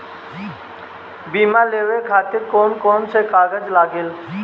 बीमा लेवे खातिर कौन कौन से कागज लगी?